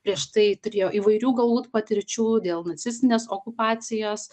prieš tai turėjo įvairių galbūt patirčių dėl nacistinės okupacijos